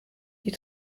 die